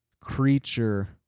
creature